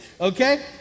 Okay